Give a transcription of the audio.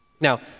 Now